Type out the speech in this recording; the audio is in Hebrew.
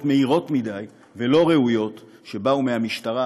מהירות מדי ולא ראויות שבאו מהמשטרה,